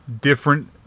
different